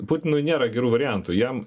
putinui nėra gerų variantų jam